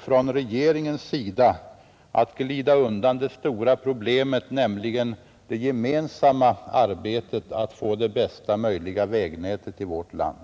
från regeringens sida att glida undan det stora problemet, nämligen det gemensamma arbetet för att åstadkomma bästa möjliga vägnät i vårt land.